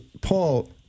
Paul